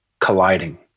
colliding